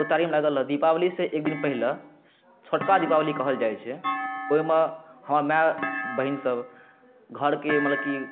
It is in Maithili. ओ ताहिमे लागल रहत दीपावलीसँ एक दिन पहिले छोटका दीपावली कहल जाइ छै ओइमे हमर माय बहिन सब घरके मतलब की